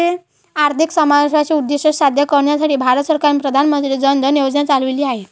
आर्थिक समावेशाचे उद्दीष्ट साध्य करण्यासाठी भारत सरकारने प्रधान मंत्री जन धन योजना चालविली आहेत